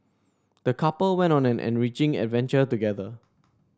the couple went on an enriching adventure together